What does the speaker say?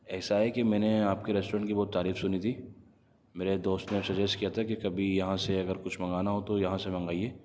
ایسا ہے کہ میں نے آپ کے ریسٹورینٹ کی بہت تعریف سنی تھی میرے دوست نے سجیس کیا تھا کبھی یہاں سے اگر کچھ منگانا ہو تو یہاں سے منگائیے